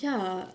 ya